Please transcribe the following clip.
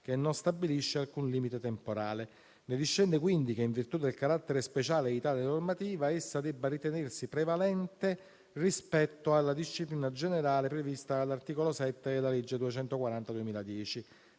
che non stabilisce alcun limite temporale. Ne discende quindi che, in virtù del carattere speciale di tale normativa, essa debba ritenersi prevalente rispetto alla disciplina generale prevista dall'articolo 7 della legge n. 240